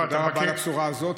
תודה רבה על הבשורה הזאת.